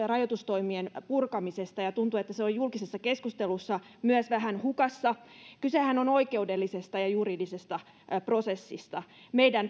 rajoitustoimien purkamisesta ja ja tuntuu että siinä ollaan myös julkisessa keskustelussa vähän hukassa kysehän on oikeudellisesta ja juridisesta prosessista meidän